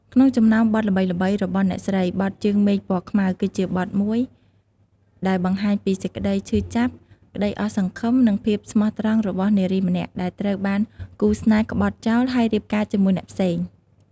ក្នុងចំណោមបទល្បីៗរបស់អ្នកស្រី បទ ជើងមេឃពណ៌ខ្មៅ គឺជាបទមួយដែលបង្ហាញពីសេចក្តីឈឺចាប់ ក្តីអស់សង្ឃឹម និងភាពស្មោះត្រង់របស់នារីម្នាក់ដែលត្រូវបានគូស្នេហ៍ក្បត់ចោល ហើយរៀបការជាមួយអ្នកផ្សេង។